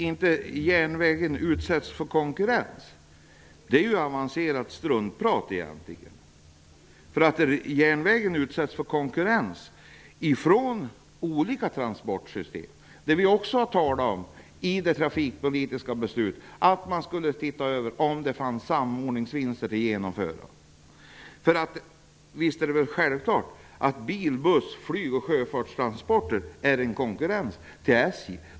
Det är egentligen avancerat struntprat att säga att inte järnvägstrafiken utsätts för konkurrens. Järnvägstrafiken utsätts för konkurrens från olika transportsystem. I det trafikpolitiska beslutet sades också att man skulle titta över om det fanns samordningsvinster att göra. Bil-, buss-, flyg och sjöfartstransporter är självfallet konkurrenter till SJ.